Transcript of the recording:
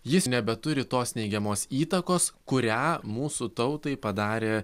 jis nebeturi tos neigiamos įtakos kurią mūsų tautai padarė